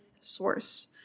Source